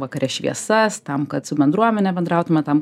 vakare šviesas tam kad su bendruomene bendrautume tam